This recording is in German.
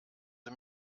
sie